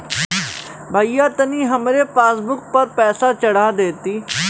भईया तनि हमरे पासबुक पर पैसा चढ़ा देती